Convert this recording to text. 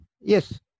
Yes